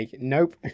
nope